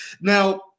Now